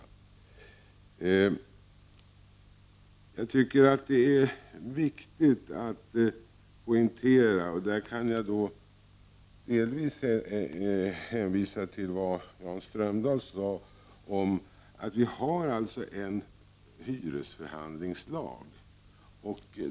Jag tycker att det är viktigt att poängtera — där kan jag delvis hänvisa till vad Jan Strömdahl sade — att vi har en hyresförhandlingslag.